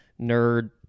nerd